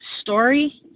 story